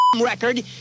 record